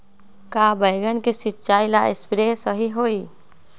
का बैगन के सिचाई ला सप्रे सही होई?